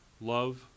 love